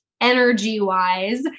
energy-wise